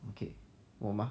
okay 我吗